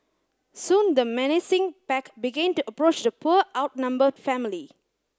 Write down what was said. soon the menacing pack began to approach the poor outnumbered family